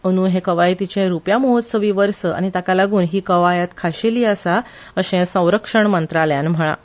अंद् ह्या कवायतीचे रुप्या महोत्सवी वर्स आनी ताका लागून ही कवायत खाशेली आसा असे संरक्षम मंत्रालयान म्हळां